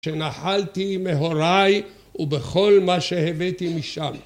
שנחלתי מהוריי ובכל מה שהבאתי משם